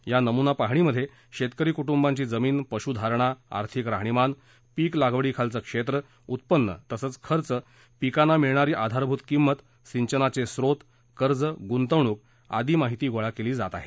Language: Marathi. या नमुना पाहणीमध्ये शेतकरी कुटूंबांची जमीन पशुधारणा आर्थिक राहणीमान पिक लागवडीखालील क्षेत्र उत्पन्न तसंच खर्च पिकांना मिळणारी आधारभुत किमत सिंचनाचे स्त्रोत कर्ज गुंतवणूक स्त्रियादी माहिती गोळा केली जात आहे